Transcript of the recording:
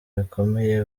bikomeye